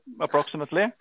approximately